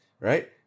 right